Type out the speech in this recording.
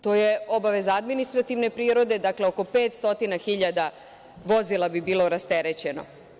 To je obaveza administrativne prirode, dakle, oko 500 hiljada vozila bi bilo rasterećeno.